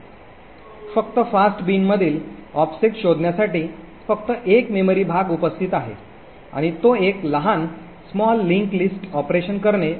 फक्त फास्ट बिनमधील ऑफसेट शोधण्यासाठी फक्त 1 मेमरी भाग उपस्थित आहे आणि तो एक लहान दुवा सूची ऑपरेशन करणे आवश्यक आहे